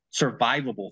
survivable